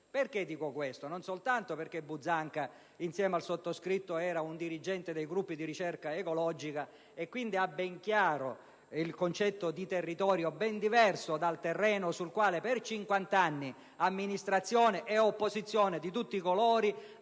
Dico questo anche perché Buzzanca, insieme al sottoscritto, era un dirigente dei gruppi di ricerca ecologica e quindi ha ben chiaro il concetto di territorio, che è ben diverso dal terreno sul quale per cinquant'anni amministrazione e opposizione, di tutti i colori,